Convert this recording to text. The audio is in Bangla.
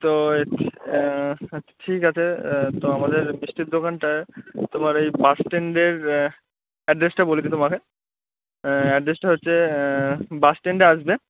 তো আচ্ছা ঠিক আছে তো আমাদের মিষ্টির দোকানটায় তোমার এই বাসস্ট্যান্ডের অ্যাড্রেসটা বলছি তোমাকে অ্যাড্রেসটা হচ্ছে বাসস্ট্যান্ডে আসবে